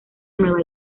nueva